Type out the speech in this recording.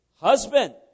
Husband